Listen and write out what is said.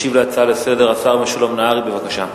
ישיב על ההצעה לסדר-היום השר משולם נהרי, בבקשה.